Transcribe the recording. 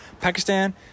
Pakistan